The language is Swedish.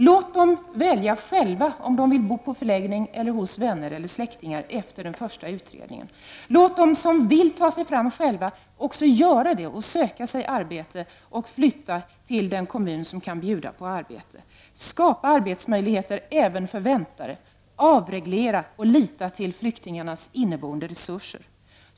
Låt flyktingarna välja själva om de vill bo på förläggning eller hos vänner eller hos släktingar efter den första utredningen! Låt dem som vill ta sig fram själva också göra det, söka arbete och flytta till den kommun som kan bjuda på arbete! Skapa arbetsmöjligheter även för ”väntare”! Avreglera och lita till flyktingarnas inneboende resurser!